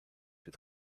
with